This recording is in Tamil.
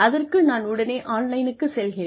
அதற்கு நான் உடனே ஆன்லைனுக்கு செல்கிறேன்